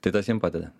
tai tas jiem padeda